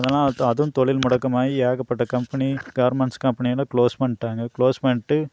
அதுலாம் அதுவும் தொழில் முடக்கம் ஆகி ஏகப்பட்ட கம்பெனி கார்மண்ட்ஸ் கம்பெனியெலாம் க்ளோஸ் பண்ணிவிட்டாங்க க்ளோஸ் பண்ணிவிட்டு